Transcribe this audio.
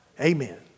Amen